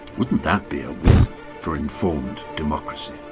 wouldn't that be a win for informed democracy?